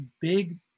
big